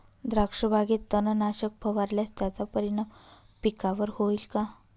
द्राक्षबागेत तणनाशक फवारल्यास त्याचा परिणाम पिकावर होईल का?